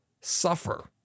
suffer